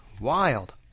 Wild